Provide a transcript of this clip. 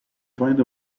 find